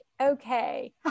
okay